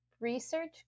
research